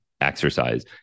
exercise